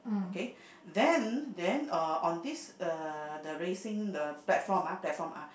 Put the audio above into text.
okay then then uh on this uh the raising the platform ah platform ah